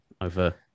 over